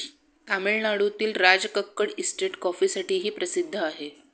तामिळनाडूतील राजकक्कड इस्टेट कॉफीसाठीही प्रसिद्ध आहे